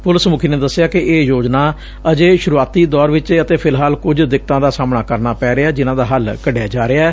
police ਮੁਖੀ ਨੇ ਦਸਿਆ ਕਿ ਇਹ ਯੋਜਨਾ ਅੱਜੇ ਸੁਰੁਆਤੀ ਦੌਰ ਵਿਚ ਏ ਅਤੇ ਫਿਲਹਾਲ ਕੁਝ ਦਿਕਤਾਂ ਦਾ ਸਾਹਮਣਾ ਕਰਨਾ ਪੈ ਰਿਹੈ ਜਿਨੂਾਂ ਦਾ ਹੱਲ ਕਢਿਆ ਜਾ ਰਿਹੈ